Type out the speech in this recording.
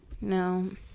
no